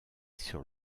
sur